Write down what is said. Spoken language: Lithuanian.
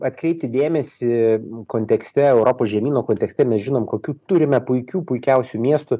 atkreipti dėmesį kontekste europos žemyno kontekste mes žinom kokių turime puikių puikiausių miestų